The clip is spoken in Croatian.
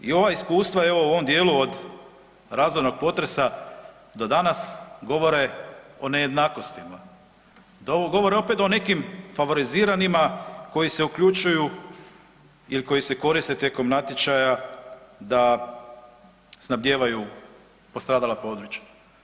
I ova iskustva evo u ovom dijelu od razornog potresa do danas govore o nejednakostima, da ovo govore opet o nekim favoriziranima koji se uključuju ili koji se koriste tijekom natječaja da snabdijevaju postradala područja.